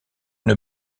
une